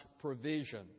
provision